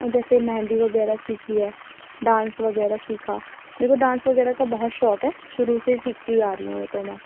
اور جیسے مہندی وغیرہ سیکھی ہے ڈانس وغیرہ سیکھا میرے کو ڈانس وغیرہ کا بہت شوق ہے شروع سے ہی سیکھتی ہوئی آ رہی ہوں وہ تو میں